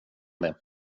det